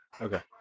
Okay